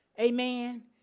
amen